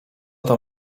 tam